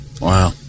Wow